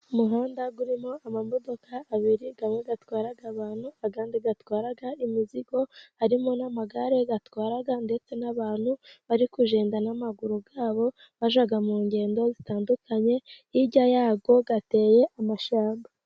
Umuhanda urimo imodoka ebyiri imwe itwara abantu indi itwara imizigo. harimo n'amagare atwara ndetse n'abantu bari kugenda n'amaguru yabo bajya mu ngendo zitandukanye hirya yaho gateye amashyamba.